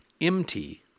MT